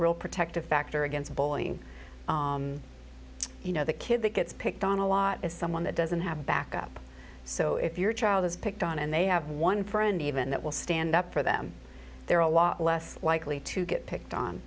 real protective factor against bullying you know the kid that gets picked on a lot is someone that doesn't have a backup so if your child is picked on and they have one friend even that will stand up for them there are a lot less likely to get picked on